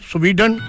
Sweden